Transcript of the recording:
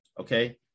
Okay